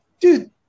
Dude